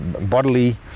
bodily